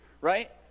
right